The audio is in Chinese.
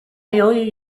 由于